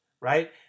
right